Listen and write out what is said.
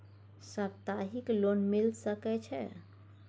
सप्ताहिक लोन मिल सके छै?